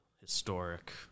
historic